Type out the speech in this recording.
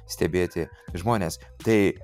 stebėti žmones tai